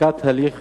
הפסקת הליך